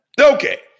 Okay